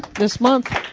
this month.